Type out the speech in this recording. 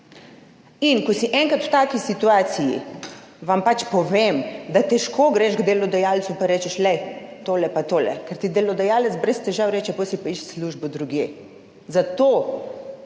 In ko si enkrat v taki situaciji, vam pač povem, da težko greš k delodajalcu in rečeš, glej, tole pa tole, ker ti delodajalec brez težav reče, potem si pa išči službo drugje. Zato